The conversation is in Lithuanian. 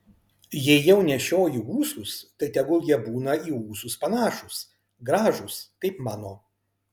jei jau nešioji ūsus tai tegul jie būna į ūsus panašūs gražūs kaip mano